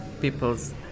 people's